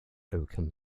oakham